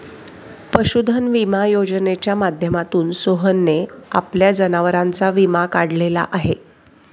पशुधन विमा योजनेच्या माध्यमातून सोहनने आपल्या जनावरांचा विमा काढलेला आहे